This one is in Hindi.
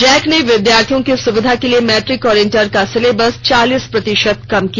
जैक ने विधार्थियों की सुविधा के लिए मैट्रिक और इंटर का सिलेबस चालीस प्रतिशत कम किया